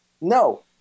No